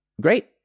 great